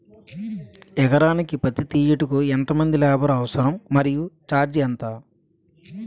ఎకరానికి పత్తి తీయుటకు ఎంత మంది లేబర్ అవసరం? మరియు ఛార్జ్ ఎంత?